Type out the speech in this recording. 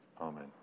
Amen